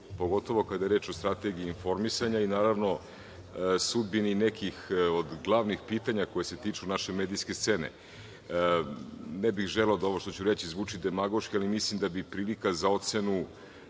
pogotovo kada je reč o strategiji informisanja i sudbini nekih od glavnih pitanja koja se tiču naše medijske scene. Ne bih želeo da ovo što ću reći zvuči demagoški, ali mislim da bi prilika za ocenu